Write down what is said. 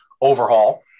overhaul